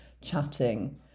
chatting